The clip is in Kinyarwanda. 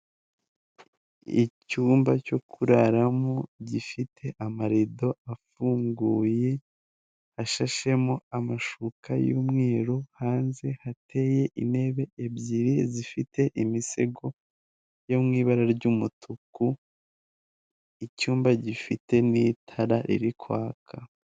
Icyumba cyo kuraramo gifite amarido afunguye ashashemo amashuka y'umweru, hanze hateye intebe ebyiri zifite imisego yo mu ibara ry'umutuku icyumba gifite n'itara riri kwaka.